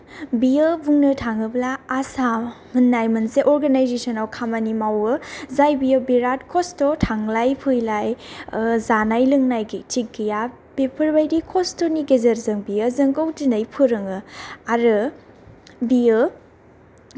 बियो बुंनो थाङोब्ला आसा होननाय मोनसे अर्गानाइजेसनाव खामानि मावो जाय बियो बिराथ खस्थ' थांलाय फैलाय जानाय लोंनाय थिग गैया बेफोरबायदि खस्थ'नि गेजेरजों बियो जोंखौ दिनै फोरोङो आरो बियो